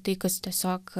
tai kas tiesiog